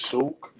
Soak